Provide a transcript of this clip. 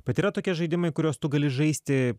bet yra tokie žaidimai kuriuos tu gali žaisti